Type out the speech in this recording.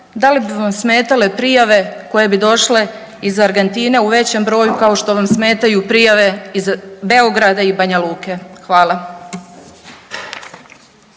da li bi vam smetale prijave koje bi došle iz Argentine u većem broju kao što vam smetaju prijave iz Beograda i Banja Luke? Hvala.